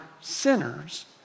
sinners